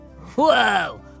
Whoa